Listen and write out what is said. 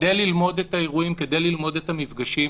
כדי ללמוד את האירועים, כדי ללמוד את המפגשים.